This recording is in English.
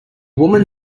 woman